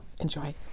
Enjoy